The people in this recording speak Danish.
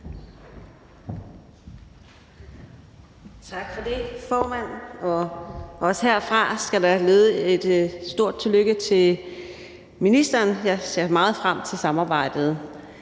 Tak for det, formand. Også herfra skal der lyde et stort tillykke til ministeren. Jeg ser meget frem til samarbejdet.